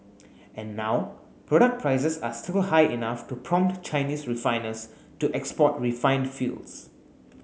and now product prices are still high enough to prompt Chinese refiners to export refined fuels